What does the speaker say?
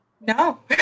no